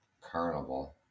carnival